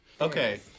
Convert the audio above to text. Okay